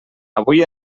avui